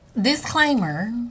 disclaimer